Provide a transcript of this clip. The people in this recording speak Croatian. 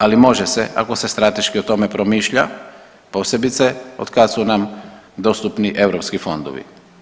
Ali može se ako se strateški o tome promišlja, posebice otkad su nam dostupni EU fondovi.